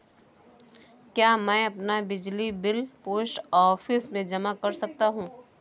क्या मैं अपना बिजली बिल पोस्ट ऑफिस में जमा कर सकता हूँ?